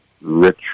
rich